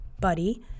buddy